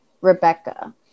Rebecca